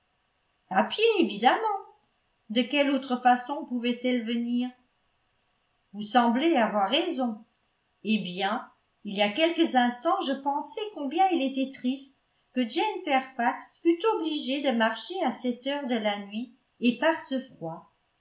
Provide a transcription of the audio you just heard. pied évidemment de quelle autre façon pouvaient-elles venir vous semblez avoir raison eh bien il y a quelques instants je pensais combien il était triste que jane fairfax fût obligée de marcher à cette heure de la nuit et par ce froid